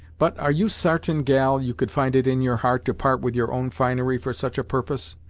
but, are you sartain, gal, you could find it in your heart to part with your own finery for such a purpose?